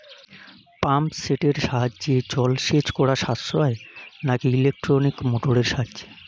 Pump সেটের সাহায্যে জলসেচ করা সাশ্রয় নাকি ইলেকট্রনিক মোটরের সাহায্যে?